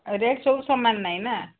rate ସବୁ ସମାନ ନାହିଁନା